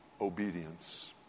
obedience